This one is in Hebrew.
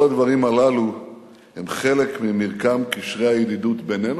כל הדברים הללו הם חלק ממרקם קשרי הידידות בינינו,